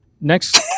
Next